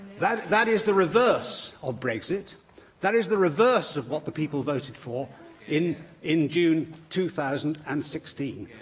that that is the reverse of brexit that is the reverse of what the people voted for in in june two thousand and sixteen.